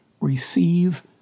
Receive